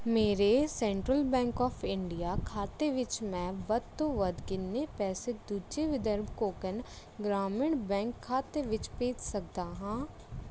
ਮੇਰੇ central bank of India ਖਾਤੇ ਵਿੱਚ ਮੈਂ ਵੱਧ ਤੋਂ ਵੱਧ ਕਿੰਨੇ ਪੈਸੇ ਦੂਜੇ ਵਿਦਰਭ ਕੋਂਕਣ ਗ੍ਰਾਮੀਣ ਬੈਂਕ ਖਾਤੇ ਵਿੱਚ ਭੇਜ ਸਕਦਾ ਹਾਂ